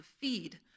feed